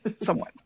somewhat